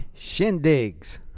shindigs